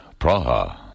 Praha